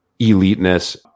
eliteness